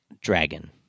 dragon